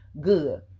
good